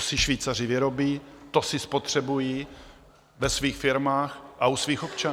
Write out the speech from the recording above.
Co si Švýcaři vyrobí, to si spotřebují ve svých firmách a u svých občanů.